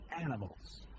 animals